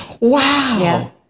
wow